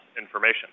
information